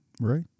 Right